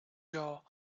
jaw